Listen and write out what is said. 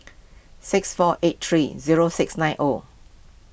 six four eight three zero six nine O